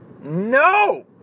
No